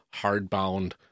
hardbound